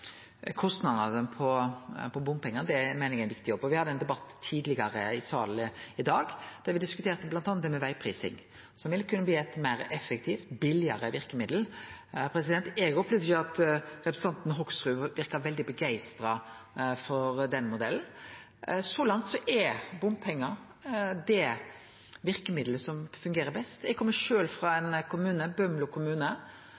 ned kostnadene på bompengar meiner eg er ein viktig jobb. Me hadde ein debatt tidlegare i salen i dag, der me diskuterte bl.a. det med vegprising, som vil kunne bli eit meir effektivt og billegare verkemiddel. Eg opplevde ikkje at representanten Hoksrud verka veldig begeistra for den modellen. Så langt er bompengar det verkemiddelet som fungerer best. Eg kjem sjølv frå